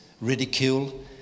ridicule